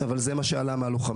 אבל זה מה שעלה מהלוחמים.